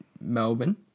Melbourne